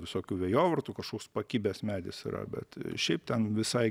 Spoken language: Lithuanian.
visokių vėjovartų kažkoks pakibęs medis yra bet šiaip ten visai